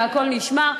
והכול נשמר,